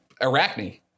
Arachne